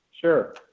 Sure